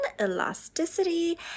elasticity